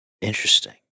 Interesting